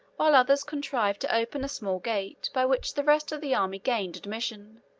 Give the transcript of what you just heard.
while others contrived to open a small gate, by which the rest of the army gained admission.